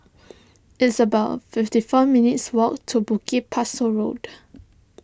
it's about fifty four minutes' walk to Bukit Pasoh Road